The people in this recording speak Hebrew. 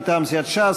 מטעם סיעת ש"ס.